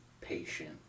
patient